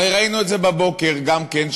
הרי ראינו את זה בבוקר גם כן,